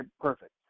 perfect